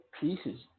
pieces